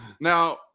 Now